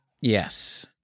Yes